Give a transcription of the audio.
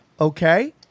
okay